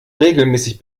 regelmäßig